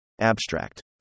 Abstract